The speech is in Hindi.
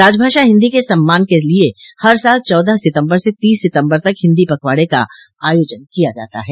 राजभाषा हिन्दी के सम्मान के लिए हर साल चौदह सितम्बर से तीस सितम्बर तक हिन्दी पखवाड़े का आयोजन किया जाता है